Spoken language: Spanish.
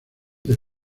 del